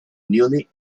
newly